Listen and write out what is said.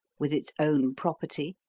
with its own property,